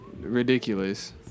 ridiculous